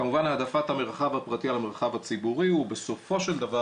כמובן העדפת המרחב הפרטי על המרחב הציבורי הוא בסופו של דבר,